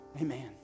Amen